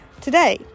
today